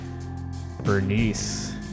Bernice